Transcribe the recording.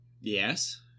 Yes